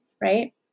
right